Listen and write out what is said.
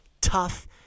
tough